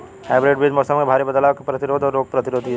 hybrid बीज मौसम में भारी बदलाव के प्रतिरोधी और रोग प्रतिरोधी ह